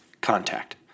Contact